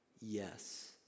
Yes